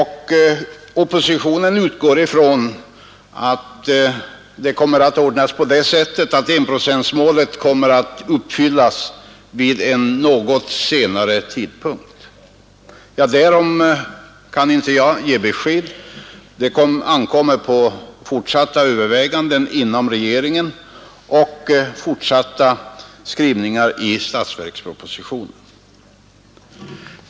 Oppositionen utgår från att det kommer att bli så att enprocentsmålet uppfylles först vid en något senare tidpunkt. Ja, därom kan inte jag ge besked. Det ankommer på fortsatta överväganden inom regeringen och fortsatta skrivningar i statsverkspropositionen.